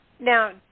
Now